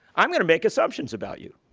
i'm going to make assumptions about you.